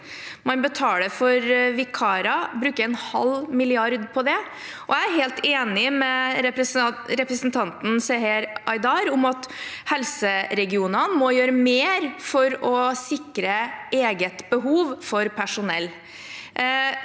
Man betaler for vikarer, bruker en halv milliard på det. Jeg er helt enig med representanten Seher Aydar i at helseregionene må gjøre mer for å sikre eget behov for personell.